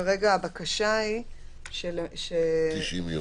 כרגע, הבקשה היא -- 90 יום.